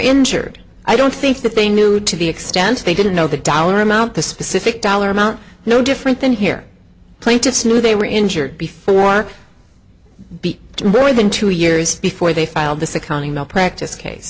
injured i don't think that they knew to the extent they didn't know the dollar amount the specific dollar amount no different than here plaintiffs knew they were injured before be more than two years before they filed this accounting malpractise case